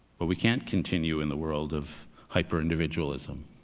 but we can't continue in the world of hyper individualism.